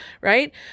Right